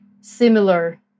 similar